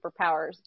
superpowers